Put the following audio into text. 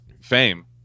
fame